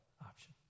option